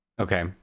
Okay